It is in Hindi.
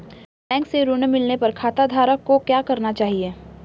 बैंक से ऋण मिलने पर खाताधारक को क्या करना चाहिए?